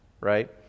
right